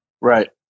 Right